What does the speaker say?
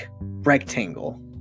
rectangle